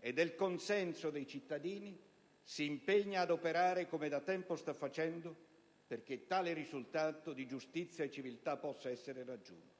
e del consenso dei cittadini, si impegna ad operare, come da tempo sta facendo, perché tale risultato di giustizia e civiltà possa essere raggiunto.